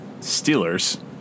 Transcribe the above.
Steelers